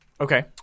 Okay